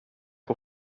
que